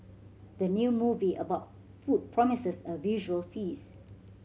the new movie about food promises a visual feast